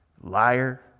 Liar